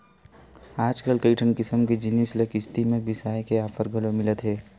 आजकल कइठन किसम के जिनिस ल किस्ती म बिसाए के ऑफर घलो मिलत हे